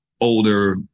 older